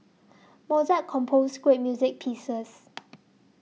Mozart composed great music pieces